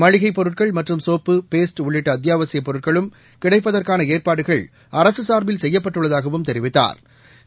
மளிகைப் பொருட்கள் மற்றும் சோப்பு பேஸ்ட் உள்ளிட்ட அத்தியாவசியப் பொருட்களும் கிடைப்பதற்கான ஏற்பாடுகள் அரசு சார்பில் செய்யப்பட்டுள்ளதாகவும் தெரிவித்தாா்